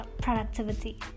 productivity